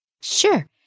Sure